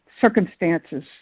circumstances